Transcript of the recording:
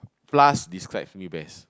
plus describes me best